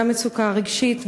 גם מצוקה רגשית,